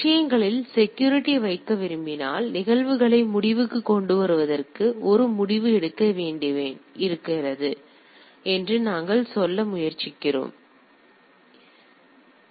விஷயங்களில் செக்யூரிட்டி வைக்க விரும்பினால் நிகழ்வுகளை முடிவுக்கு கொண்டுவருவதற்கு ஒரு முடிவு இருக்க வேண்டும் என்று நாங்கள் என்ன சொல்ல முயற்சிக்கிறோம் என்பதை இப்போது பாருங்கள்